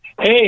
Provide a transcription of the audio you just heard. Hey